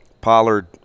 Pollard